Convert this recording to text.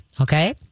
Okay